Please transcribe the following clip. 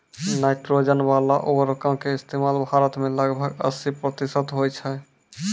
nitrogen बाला उर्वरको के इस्तेमाल भारत मे लगभग अस्सी प्रतिशत होय छै